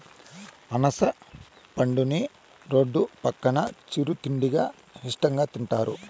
అనాస పండుని రోడ్డు పక్కన చిరు తిండిగా ఇష్టంగా తింటారు